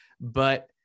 But-